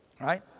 right